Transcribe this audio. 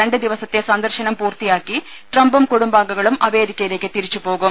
രണ്ട് ദിവസത്തെ സന്ദർശനം പൂർത്തിയാക്കി ട്രംപും കുടുംബാംഗ ങ്ങളും അമേരിക്കയിലേക്ക് തിരിച്ചുപോകും